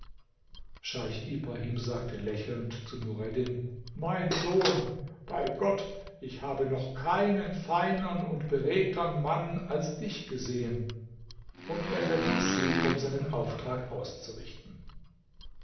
scheich ibrahim sagte lächelnd zu nureddin mein sohn bei gott ich habe noch keinen feinern und beredtern mann als dich gesehen und er verließ sie um seinen auftrag auszurichten